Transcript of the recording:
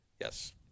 Yes